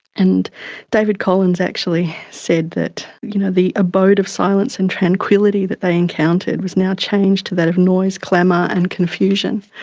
and david collins actually said that you know the abode of silence and tranquillity that they encountered was now changed to that of noise, clamour and confusion.